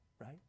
right